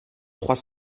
trois